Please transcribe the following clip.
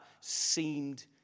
seemed